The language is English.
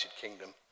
kingdom